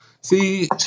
See